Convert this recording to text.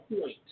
point